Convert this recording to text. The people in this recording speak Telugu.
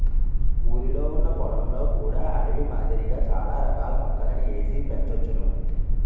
ఊరిలొ ఉన్న పొలంలో కూడా అడవి మాదిరిగా చాల రకాల మొక్కలని ఏసి పెంచోచ్చును